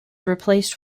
replaced